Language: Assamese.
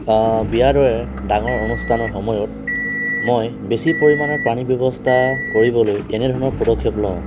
বিয়াৰ দৰে ডাঙৰ অনুষ্ঠানৰ সময়ত মই বেছি পৰিমাণৰ পানী ব্যৱস্থা কৰিবলৈ এনে ধৰণৰ পদক্ষেপ লওঁ